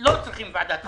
לא צריכים ועדת חריגים?